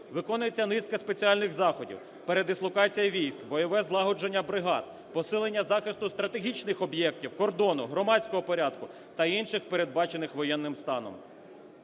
Виконується низка спеціальних заходів, передислокація військ, бойове злагодження бригад, посилення захисту стратегічних об'єктів, кордону, громадського порядку та інших передбачених воєнним станом.